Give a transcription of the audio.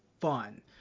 fun